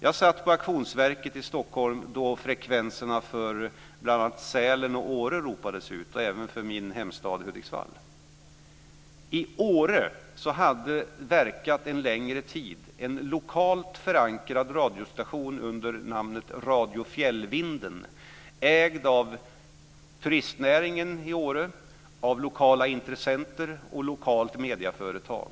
Jag satt på Auktionsverket i Stockholm då frekvenserna för bl.a. Sälen och Åre, och även för min hemstad Hudiksvall, ropades ut. I Åre hade under en längre tid verkat en lokalt förankrad radiostation under namnet Radio Fjällvinden. Den var ägd av turistnäringen i Åre, av lokala intressenter och av ett lokalt medieföretag.